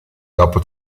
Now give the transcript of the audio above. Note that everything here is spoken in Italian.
dopo